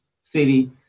City